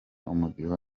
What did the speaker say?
umudiho